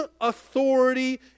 authority